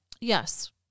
Yes